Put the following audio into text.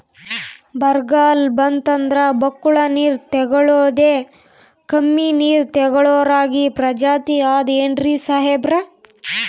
ಬರ್ಗಾಲ್ ಬಂತಂದ್ರ ಬಕ್ಕುಳ ನೀರ್ ತೆಗಳೋದೆ, ಕಮ್ಮಿ ನೀರ್ ತೆಗಳೋ ರಾಗಿ ಪ್ರಜಾತಿ ಆದ್ ಏನ್ರಿ ಸಾಹೇಬ್ರ?